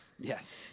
Yes